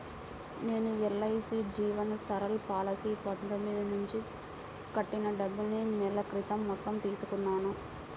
నేను ఎల్.ఐ.సీ జీవన్ సరల్ పాలసీలో పదేళ్ళ నుంచి కట్టిన డబ్బుల్ని నెల క్రితం మొత్తం తీసుకున్నాను